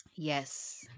Yes